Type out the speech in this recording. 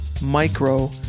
micro